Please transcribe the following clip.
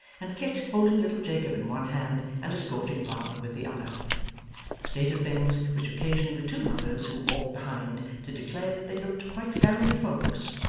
and kit holding little jacob in one hand, and escorting barbara with the other a state of things which occasioned the two mothers, who walked behind, to declare that they looked quite family folks,